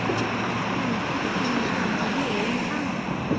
even if he expend fifteen shillings a year in candles.